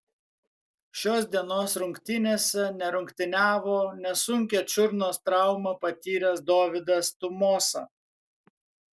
šios dienos rungtynėse nerungtyniavo nesunkią čiurnos traumą patyręs dovydas tumosa